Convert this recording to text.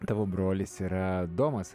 tavo brolis yra domas